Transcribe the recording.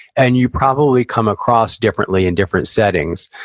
and you'll probably come across differently in different settings.